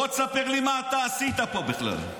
בוא תספר לי מה אתה עשית פה בכלל.